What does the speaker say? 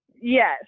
Yes